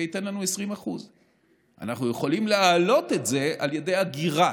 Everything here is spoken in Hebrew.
זה ייתן לנו 20%. אנחנו יכולים להעלות את זה על ידי אגירה,